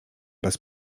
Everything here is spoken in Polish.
bez